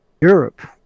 Europe